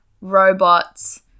robots